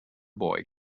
boy